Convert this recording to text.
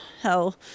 Hell